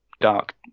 dark